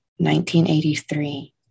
1983